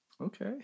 okay